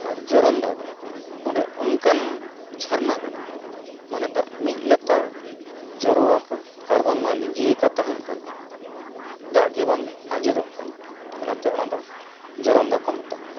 ᱟᱨ ᱡᱚᱨᱚᱱ ᱫᱟ ᱫᱚ ᱚᱸᱰᱮ ᱚᱱᱠᱟᱱ ᱡᱷᱟᱨᱱᱟ ᱠᱟᱱᱟ ᱢᱟᱱᱮ ᱫᱟᱜ ᱢᱤᱫ ᱞᱮᱛᱟᱲ ᱡᱚᱨᱚ ᱟᱠᱟ ᱟᱨ ᱵᱟᱝᱢᱟ ᱞᱤᱸᱡᱤᱭᱟᱠᱟ ᱛᱟᱦᱮᱱ ᱠᱟᱱᱟ ᱫᱟᱜ ᱜᱮ ᱵᱟᱝ ᱟᱸᱡᱮᱫᱚᱜ ᱠᱟᱱᱟ ᱚᱱᱟᱛᱮ ᱚᱱᱟ ᱫᱚ ᱡᱚᱨᱚᱱ ᱫᱟᱜ ᱠᱚ ᱢᱮᱛᱟᱜ ᱠᱟᱱᱟ